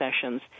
sessions